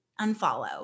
unfollow